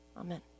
Amen